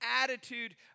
attitude